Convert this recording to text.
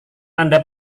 anda